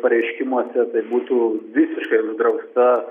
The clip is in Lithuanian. pareiškimuose tai būtų visiškai uždrausta